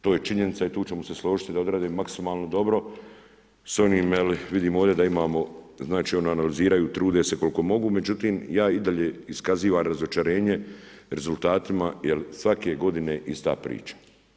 To je činjenica i tu ćemo se složiti da odrade maksimalno dobro, s onim vidimo da imamo, znači oni analiziraju, trude se koliko mogu, međutim, ja i dalje iskazivam razočarenje rezultatima jer svake godine ista priča.